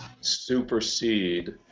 supersede